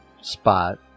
spot